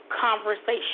conversation